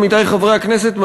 עמיתי חברי הכנסת,